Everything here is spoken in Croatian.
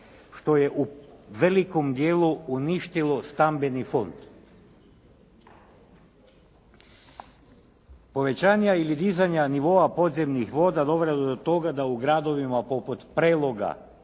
što je velikom dijelu uništilo stambeni fond. Povećanja ili dizanja nivoa podzemnih voda dovelo je do toga da u gradovima poput Preloga